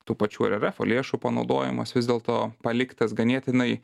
tų pačių rrfo lėšų panaudojimas vis dėlto paliktas ganėtinai